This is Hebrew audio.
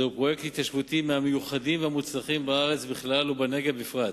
זהו פרויקט התיישבותי מהמיוחדים והמוצלחים בארץ בכלל ובנגב בפרט.